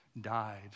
died